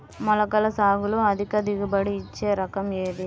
మొలకల సాగులో అధిక దిగుబడి ఇచ్చే రకం ఏది?